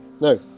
no